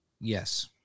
Yes